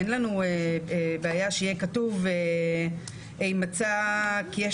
אין לנו בעיה שיהיה כתוב: "אם מצא כי יש